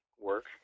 work